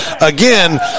again